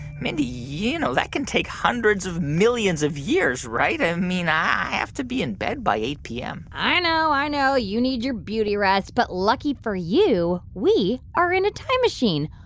mindy, you know that can take hundreds of millions of years, right? i and mean, i have to be in bed by eight p m i know. i know. you need your beauty rest. but lucky for you, we are in a time machine.